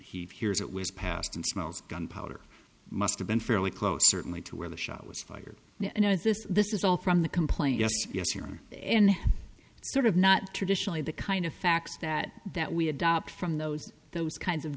he fears it was passed and smells gunpowder must have been fairly close certainly to where the shot was fired and it was this this is all from the complaint yes hearing and sort of not traditionally the kind of facts that that we adopt from those those kinds of